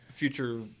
Future